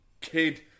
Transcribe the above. kid